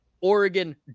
Oregon